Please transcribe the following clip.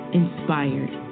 inspired